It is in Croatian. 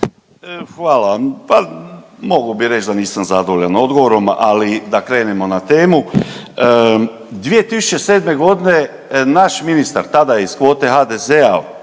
Pa mogao bih reći da nisam zadovoljan odgovorom, ali da krenemo na temu. 2007. g. naš ministar, tada je iz kvote HZD-a,